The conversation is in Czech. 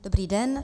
Dobrý den.